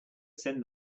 send